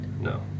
No